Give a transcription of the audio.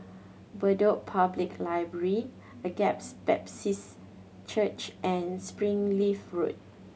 Bedok Public Library Agape's Baptist Church and Springleaf Road